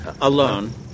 alone